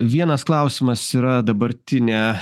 vienas klausimas yra dabartinę